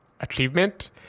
achievement